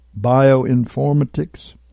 bioinformatics